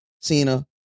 Cena